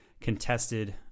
contested